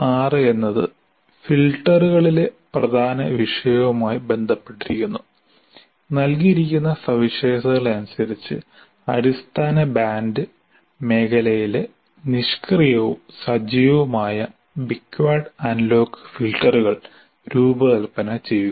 CO6 എന്നത് ഫിൽട്ടറുകളിലെ പ്രധാന വിഷയവുമായി ബന്ധപ്പെട്ടിരിക്കുന്നു നൽകിയിരിക്കുന്ന സവിശേഷതകൾ അനുസരിച്ച് അടിസ്ഥാന ബാൻഡ് മേഖലയിലെ നിഷ്ക്രിയവും സജീവവുമായ ബിക്വാഡ് അനലോഗ് ഫിൽട്ടറുകൾ രൂപകൽപ്പന ചെയ്യുക